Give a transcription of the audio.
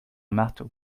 marteau